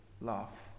love